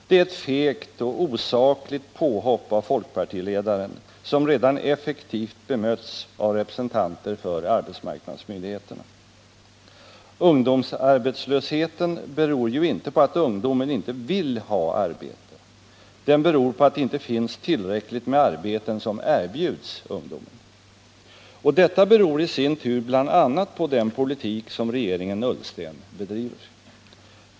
Det är ett fegt och osakligt påhopp av folkpartiledaren, som redan effektivt bemötts av representanter för arbetsmarknadsmyndigheterna. Ungdomsarbetslösheten beror ju inte på att ungdomen inte vill ha arbete, den beror på att det inte finns tillräckligt med arbeten som erbjuds ungdomen. Och detta beror i sin tur bl.a. på den politik som regeringen Ullsten bedriver.